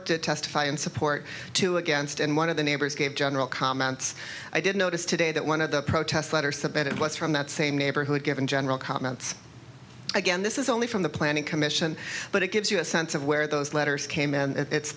to testify in support two against and one of the neighbors gave general comments i did notice today that one of the protest letters the better it was from that same neighborhood given general comments again this is only from the planning commission but it gives you a sense of where those letters came and it